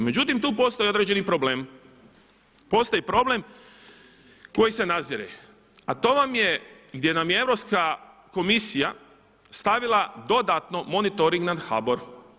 Međutim tu postoji određeni problem, postoji problem koji se nadzire, a to vam je gdje nam je Europska komisija stavila dodatno monitoring nad HBOR.